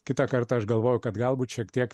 kitą kartą aš galvoju kad galbūt šiek tiek